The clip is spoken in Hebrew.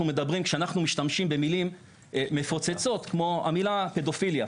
מדברים כשאנחנו משתמשים במילים מפוצצות כמו המילה פדופיליה,